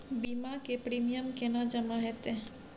बीमा के प्रीमियम केना जमा हेते?